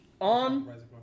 on